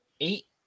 eight